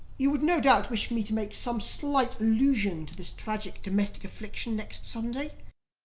you would no doubt wish me to make some slight allusion to this tragic domestic affliction next sunday.